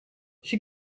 she